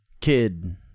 Kid